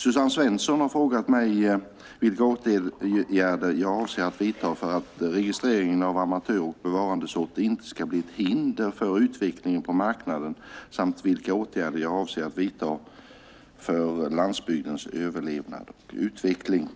Suzanne Svensson har frågat mig vilka åtgärder jag avser att vidta för att registreringen av amatör och bevarandesorter inte ska bli ett hinder för utvecklingen på marknaden samt vilka åtgärder jag avser att vidta för landsbygdens överlevnad och utveckling.